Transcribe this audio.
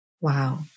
Wow